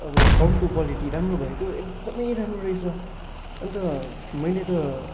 अब साउन्डको क्वालिटी राम्रो भएको एकदमै राम्रो रहेछ अन्त मैले त